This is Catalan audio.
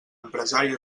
empresari